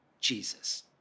Jesus